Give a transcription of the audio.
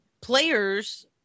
players